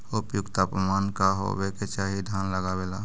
उपयुक्त तापमान का होबे के चाही धान लगावे ला?